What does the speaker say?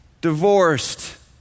divorced